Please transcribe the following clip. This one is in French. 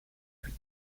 huit